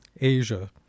Asia